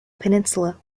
peninsula